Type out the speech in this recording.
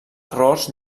errors